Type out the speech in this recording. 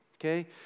Okay